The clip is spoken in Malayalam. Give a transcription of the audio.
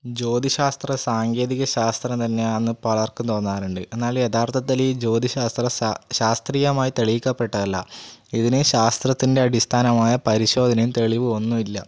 ജ്യോതിശാസ്ത്രം സാങ്കേതിക ശാസ്ത്രം തന്നെ അന്ന് പലർക്കും തോന്നാറുണ്ട് എന്നാൽ യഥാർത്ഥത്തിത്തിൽ ഈ ജ്യോതിശാസ്ത്രം ശാസ്ത്രീയമായി തെളിയിക്കപ്പെട്ടതല്ല ഇതിന് ശാസ്ത്രത്തിൻ്റെ അടിസ്ഥാനമായ പരിശോധനയും തെളിവും ഒന്നുമില്ല